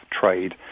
trade